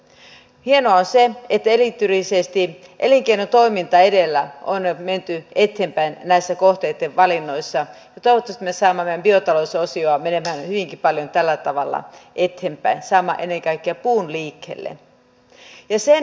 hienoa on se että erityisesti elinkeinotoiminta edellä on menty eteenpäin kohteitten valinnoissa ja toivottavasti me saamme meidän biotalousosiotamme tällä tavalla menemään hyvinkin paljon eteenpäin saamme ennen kaikkea puun liikkeelle